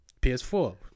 PS4